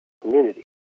community